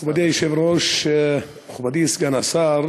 אדוני היושב-ראש, מכובדי סגן השר,